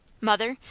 mother,